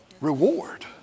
reward